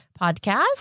Podcast